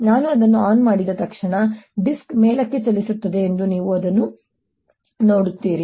ನಾನು ಅದನ್ನು ಆನ್ ಮಾಡಿದ ತಕ್ಷಣ ಈ ಡಿಸ್ಕ್ ಮೇಲಕ್ಕೆ ಚಲಿಸುತ್ತದೆ ಎಂದು ನೀವು ನೋಡುತ್ತೀರಿ